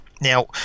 Now